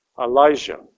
Elijah